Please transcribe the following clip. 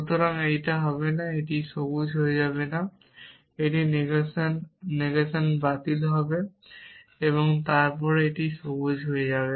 সুতরাং এই হবে না এই সবুজ হয়ে যাবে না এই নেগেশান নেগেশান বাতিল তারপর এই সবুজ y হয়ে যাবে